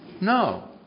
No